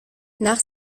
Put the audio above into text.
nach